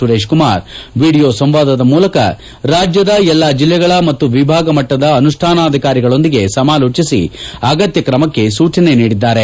Suresh Sukumar video ಸಂವಾದದ ಮೂಲಕ ರಾಜ್ಯದ ಎಲ್ಲ ಜಿಲ್ಲೆಗಳ ಮತ್ತು ವಿಭಾಗಮಟ್ಟದ ಅನುಷ್ಠಾನಾಧಿಕಾರಿಗಳೊಂದಿಗೆ ಸಮಾಲೋಜಿಸಿ ಅಗತ್ಯ ಕ್ರಮಕ್ಕೆ ಸೂಚನೆ ನೀಡಿದ್ದಾರೆ